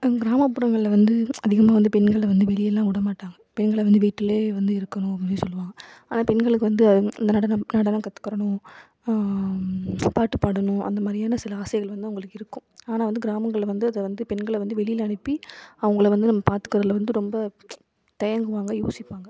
கிராமப்புறங்களில் வந்து அதிகமாக வந்து பெண்களை வந்து வெளியேல்லாம் விட மாட்டாங்க பெண்களை வந்து வீட்டுலையே வந்து இருக்கணும் அப்படின்னு சொல்லி சொல்வாங்க ஆனால் பெண்களுக்கு வந்து நடனம் நடனம் கத்துக்கணும் பாட்டு பாடணும் அந்த மாதிரியான சில ஆசைகள் வந்து அவங்களுக்கு இருக்கும் ஆனால் வந்து கிராமங்களில் வந்து அது வந்து பெண்களை வந்து வெளியில் அனுப்பி அவங்கள வந்து நம்ம பார்த்துக்குறதுல வந்து ரொம்ப தயங்குவாங்க யோசிப்பாங்க